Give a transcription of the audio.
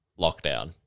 lockdown